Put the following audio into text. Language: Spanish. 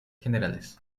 generales